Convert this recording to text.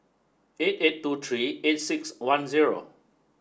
eight eight two three eight six one zero